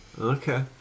okay